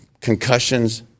concussions